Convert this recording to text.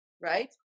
right